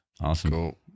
Awesome